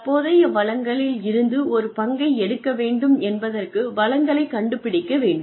தற்போதைய வளங்களில் இருந்து ஒரு பங்கை எடுக்க வேண்டும் என்பதற்கு வளங்களைக் கண்டுபிடிக்க வேண்டும்